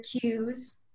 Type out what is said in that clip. cues